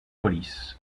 police